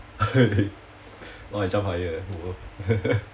wanna jump higher eh !whoa!